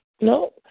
no